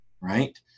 right